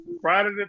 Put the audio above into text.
Friday